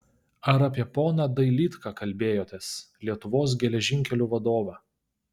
ar apie poną dailydką kalbėjotės lietuvos geležinkelių vadovą